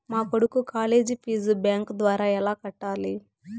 మా కొడుకు college fees bank ద్వారా ఎలా కట్టాలి?